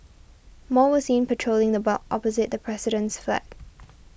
more were seen patrolling the block opposite the president's flat